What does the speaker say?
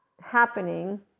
happening